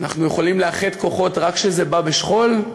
אנחנו יכולים לאחד כוחות רק כשזה בא בשכול?